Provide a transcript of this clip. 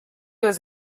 was